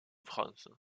france